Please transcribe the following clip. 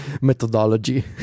methodology